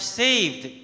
saved